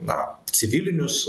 na civilinius